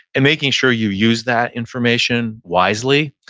and making sure you use that information wisely.